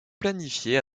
planifiée